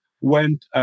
went